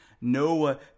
Noah